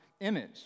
image